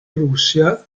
russia